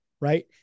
Right